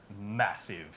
massive